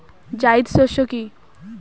জায়িদ শস্য কি?